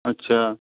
अच्छा